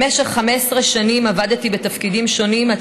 במשך 15 שנים עבדתי בתפקידים שונים עד